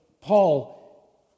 Paul